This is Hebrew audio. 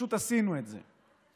פשוט עשינו את זה.